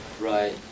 right